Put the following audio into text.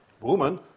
Woman